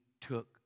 took